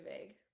vague